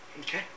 Okay